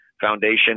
Foundation